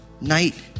night